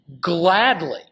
gladly